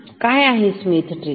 काय आहे Smith trigger